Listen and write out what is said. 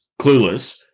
clueless